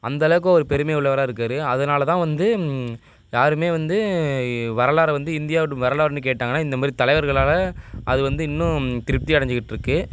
அந்த அளவுக்கு அவர் பெருமையுள்ளவராக இருக்கார் அதனால தான் வந்து யாருமே வந்து வரலாறை வந்து இந்தியாவின் வரலாறுன்னு கேட்டாங்கன்னால் இந்த மாதிரி தலைவர்களால் அது வந்து இன்னும் திருப்தி அடைஞ்சுக்கிட்ருக்கு